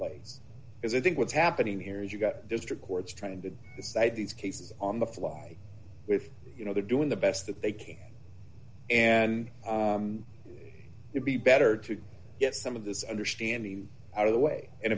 as i think what's happening here is you've got district courts trying to decide these cases on the fly with you know they're doing the best that they can and to be better to get some of this understanding out of the way and